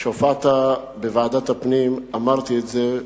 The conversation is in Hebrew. כשהופעת בוועדת הפנים אמרתי את זה,